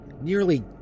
nearly